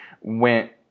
went